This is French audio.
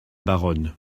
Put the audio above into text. baronne